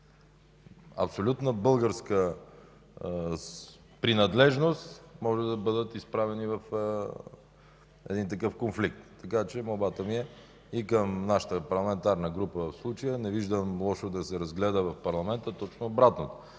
абсолютна българска принадлежност могат да бъдат изправени в един такъв конфликт. Молбата ми е и към нашата парламентарна група: в случая не виждам лошо да се разгледа в парламента, точно обратното.